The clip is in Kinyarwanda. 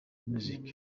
music